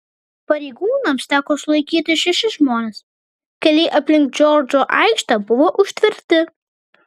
pareigūnams teko sulaikyti šešis žmones keliai aplink džordžo aikštę buvo užtverti